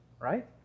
right